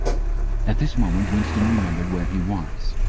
at this moment winston remembered where he was.